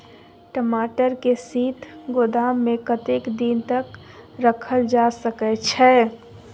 टमाटर के शीत गोदाम में कतेक दिन तक रखल जा सकय छैय?